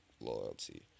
loyalty